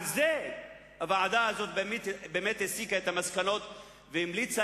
על זה הוועדה הזאת באמת הסיקה את המסקנות והמליצה